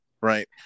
right